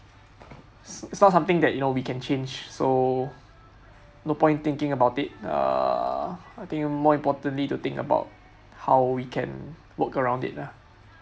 it's not something that you know we can change so no point thinking about it err I think more importantly to think about how we can work around it lah